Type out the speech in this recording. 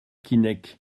keinec